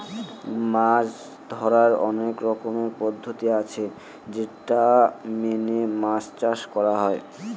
মাছ ধরার অনেক রকমের পদ্ধতি আছে যেটা মেনে মাছ চাষ করা হয়